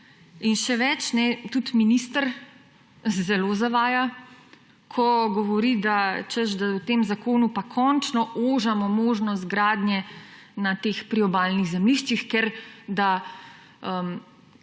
Še več, tudi minister zelo zavaja, ko govori, češ da v tem zakonu pa končno ožimo možnost gradnje na teh priobalnih zemljiščih, ker da